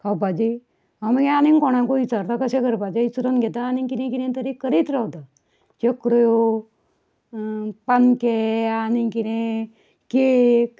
खावपाची हांव मागीर आनीक कोणाकूय विचारता कशें करपाचें विचरून घेता आनी कितें कितें तरी करीत रावता चक्रो पानकें आनीक कितें केक